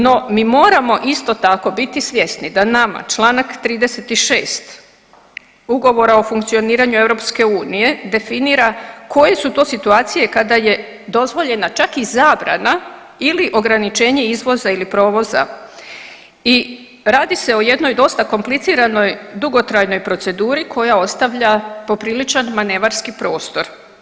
No mi moramo isto tako biti svjesni da nama čl. 36. ugovora o funkcioniranju EU definira koje su to situacije kada je dozvoljena čak i zabrana ili ograničenje izvoza ili provoza i radi se o jednoj dosta kompliciranoj dugotrajnoj proceduri koja ostavlja popriličan manevarski prostor.